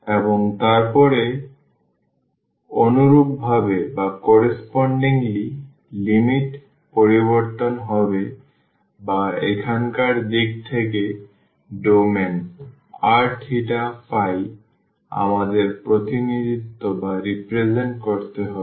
এবং তারপরে অনুরূপভাবে লিমিট পরিবর্তন হবে বা এখনকার দিক থেকে ডোমেইন r theta phi আমাদের প্রতিনিধিত্ব করতে হবে